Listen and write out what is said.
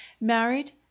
Married